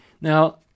Now